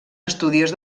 estudiós